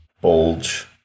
Bulge